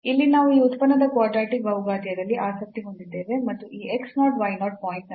ಇಲ್ಲಿ ನಾವು ಈ ಉತ್ಪನ್ನದ ಕ್ವಾಡ್ರಾಟಿಕ್ ಬಹುಘಾತೀಯದಲ್ಲಿ ಆಸಕ್ತಿ ಹೊಂದಿದ್ದೇವೆ ಮತ್ತು ಈ x 0 y 0 ಪಾಯಿಂಟ್ ನಲ್ಲಿ